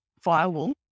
firewall